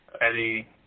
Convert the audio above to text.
Eddie